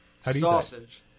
Sausage